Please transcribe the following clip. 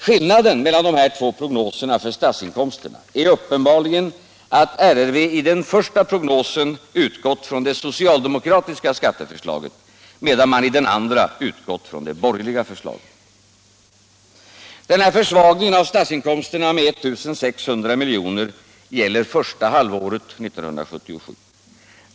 Skillnaden mellan dessa två pro gnoser för statsinkomsterna är uppenbarligen att RRV i den första prognosen utgått från det socialdemokratiska skatteförslaget, medan man i den andra utgått från det borgerliga förslaget. Försvagningen av statsinkomsterna med 1 600 milj.kr. gäller första halvåret 1977.